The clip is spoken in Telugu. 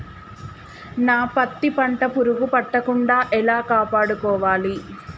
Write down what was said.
నా పత్తి పంట పురుగు పట్టకుండా ఎలా కాపాడుకోవాలి?